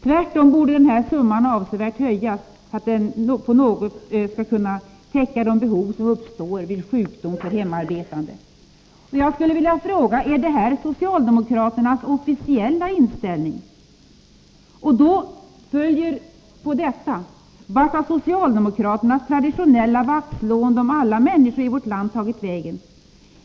Tvärtom borde denna summa avsevärt höjas för att den i någon mån skall kunna täcka de behov som uppstår vid sjukdom för hemarbetande. Är detta soicaldemokraternas officiella inställning, måste man fråga sig. Vart har socialdemokraternas traditionella vaktslående om alla människor i vårt land tagit vägen?